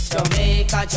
Jamaica